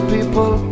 people